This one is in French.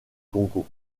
congo